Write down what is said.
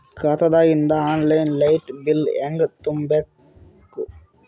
ಖಾತಾದಾಗಿಂದ online light bill ಹೇಂಗ ತುಂಬಾ ಬೇಕು?